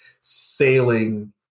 sailing